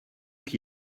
qui